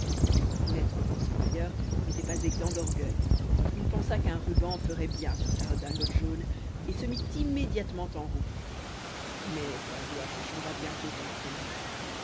maître drosselmayer n'était pas exempt d'orgueil il pensa qu'un ruban ferait bien sur sa redingote jaune et se mit immédiatement en route mais sa joie se changea bientôt en terreur